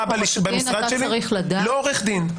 אתה צריך לדעת --- לא עורך דין.